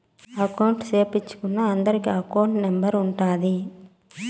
account సేపిచ్చుకున్నా అందరికి account number ఉంటాది